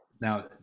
Now